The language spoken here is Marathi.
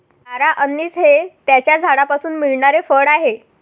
तारा अंनिस हे त्याच्या झाडापासून मिळणारे फळ आहे